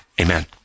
amen